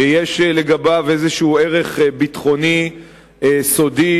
שיש לגביו איזה ערך ביטחוני סודי